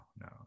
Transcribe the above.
no